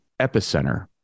epicenter